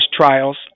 trials